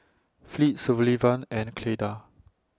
Fleet Sullivan and Cleda